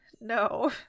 No